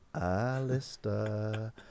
Alistair